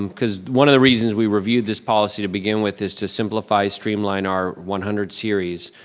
because one of the reasons we reviewed this policy to begin with is to simplify, streamline our one hundred series.